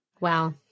Wow